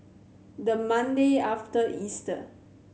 the Monday after Easter